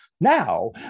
now